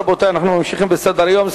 רבותי, אנחנו ממשיכים בסדר-היום.